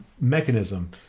mechanism